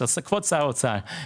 כבוד שר האוצר.